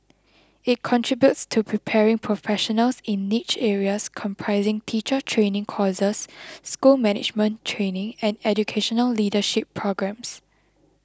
it contributes to preparing professionals in niche areas comprising teacher training courses school management training and educational leadership programmes